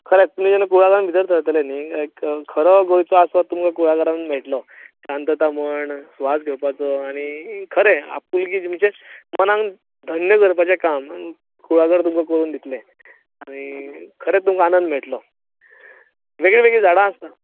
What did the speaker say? खरेंच तुमी जेन्ना कुऴागरांत भितर सरतले न्हय खरो गोंयचो आसरो तुमकां कुळागरांत मेळटलो शांतता म्हण स्वास घेवपाचो आनी खरें आपुल्की म्हणचे मनाक धन्य करपाचें काम कुळागर तुमकां करून दितलें आनी खरें तुमकां आनंद मेळटलो वेगळीं वेगळीं झाडां आसता